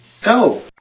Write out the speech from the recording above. Go